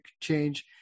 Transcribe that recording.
change